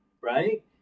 right